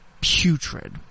putrid